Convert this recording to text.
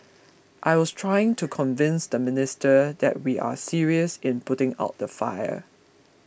I was trying to convince the minister that we are serious in putting out the fire